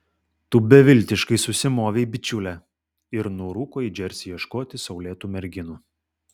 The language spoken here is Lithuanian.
tu beviltiškai susimovei bičiule ir nurūko į džersį ieškoti saulėtų merginų